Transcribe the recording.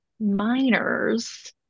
miners